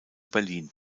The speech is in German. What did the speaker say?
berlin